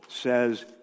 says